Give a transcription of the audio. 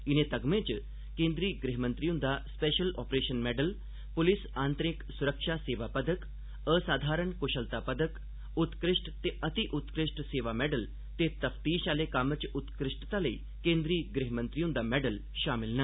इनें तगमें च केन्द्री गृह मंत्री हुंदा स्पैशल आपरेशन मैडल पुलिस आंतरिक सुरक्षा सेवा पदक असाधारण कुशलता पदक उत्कृष्ट ते अति उत्कृष्ट सेवा मैडल ते तफ्तीश आह्ले कम्म च उत्कृष्टता लेई केन्द्री गृह मंत्री हुंदा मैडल शामिल न